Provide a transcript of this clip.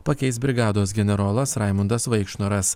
pakeis brigados generolas raimundas vaikšnoras